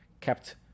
kept